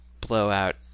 blowout